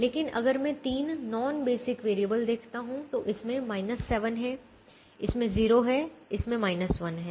लेकिन अगर मैं 3 नॉन बेसिक वैरिएबल देखता हूं तो इसमें 7 है इसमें 0 है इसमें 1 है